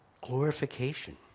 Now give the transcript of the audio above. Glorification